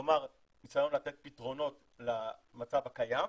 כלומר ניסיון לתת פתרונות למצב הקיים,